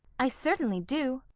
i certainly do.